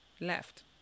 left